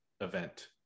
event